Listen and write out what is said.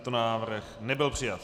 Tento návrh nebyl přijat.